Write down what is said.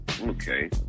Okay